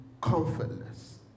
comfortless